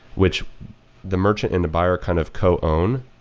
which the merchant and the buyer kind of co-own.